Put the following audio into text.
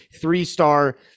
three-star